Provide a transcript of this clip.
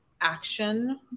action